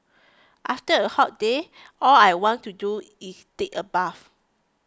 after a hot day all I want to do is take a bath